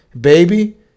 baby